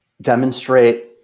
demonstrate